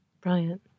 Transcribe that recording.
Brilliant